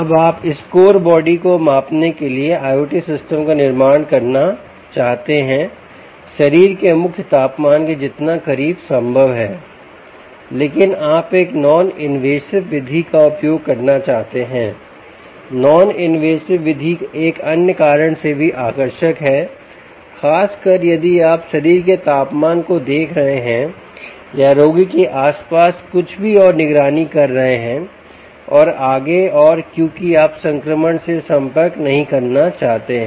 अब आप इस कोर बॉडी को मापने के लिए IOT सिस्टम का निर्माण करना चाहते हैं शरीर के मुख्य तापमान के जितना करीब संभव है लेकिन आप एक नॉन इनवेसिव विधि का उपयोग करना चाहते हैं नॉन इनवेसिव विधि एक अन्य कारण से भी आकर्षक है खासकर यदि आप शरीर के तापमान देख रहे हैं या रोगी के आसपास कुछ भी और निगरानी कर रहे हैं और आगे और क्योंकि आप संक्रमण से संपर्क नहीं करना चाहते हैं